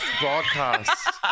Broadcast